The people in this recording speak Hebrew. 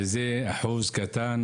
וזה אחוז קטן.